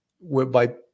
whereby